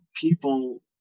people